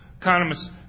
Economists